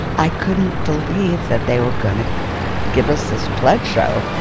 i couldn't believe that they were gonna give us this pledge. show.